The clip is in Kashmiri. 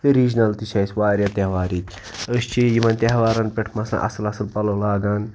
ریٖجنَل تہِ چھِ اَسہِ واریاہ تہوار ییٚتہِ أسۍ چھِ یِمَن تہوارَن پٮ۪ٹھ مثلاً اَصٕل اَصٕل پَلو لاگان